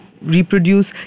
reproduce